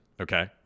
okay